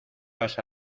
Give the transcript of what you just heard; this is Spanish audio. vas